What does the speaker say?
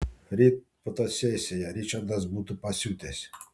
ryt fotosesija ričardas būtų pasiutęs